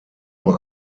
nur